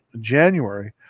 January